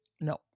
no